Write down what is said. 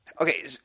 Okay